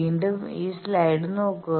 വീണ്ടും ഈ സ്ലൈഡ് നോക്കുക